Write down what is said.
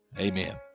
amen